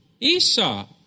Esau